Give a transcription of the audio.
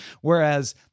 Whereas